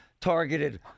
targeted